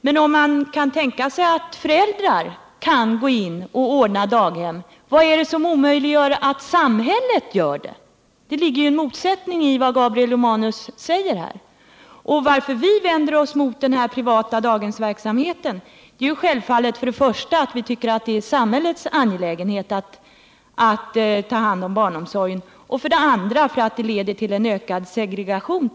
Men om man kan tänka sig att föräldrar går in och ordnar daghemsverksamhet, vad är det då som omöjliggör att samhället gör det? Det ligger ju en motsättning i vad Gabriel Romanus säger här. Anledningen till att vi vänder oss emot den privata daghemsverksamheten är självfallet för det första att vi tycker att det är samhällets angelägenhet att ta hand om barnomsorgen och för det andra att privat daghemsverksamhet leder till ökad segregation.